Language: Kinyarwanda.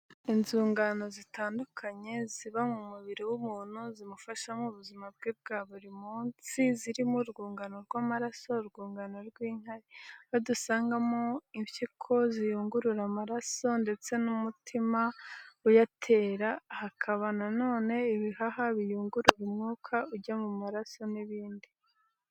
Inzungano zitandukanye ziba mu mubiri w'umuntu zimufasha mu buzima bwe bwa buri munsi zirimo urwungano rw'amaraso, urwungano rw'inkari aho dusangamo impiko ziyungurura amaraso ndetse n'umutima uyatera, hakaba na none ibihaha biyungurura umwuka ujya mu maraso n'ibindi.